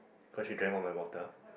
cause she drank all my water